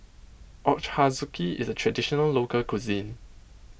Ochazuke is a Traditional Local Cuisine